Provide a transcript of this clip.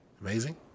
Amazing